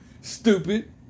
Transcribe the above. Stupid